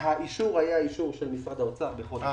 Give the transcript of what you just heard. האישור היה אישור של משרד האוצר בחודש